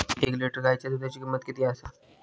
एक लिटर गायीच्या दुधाची किमंत किती आसा?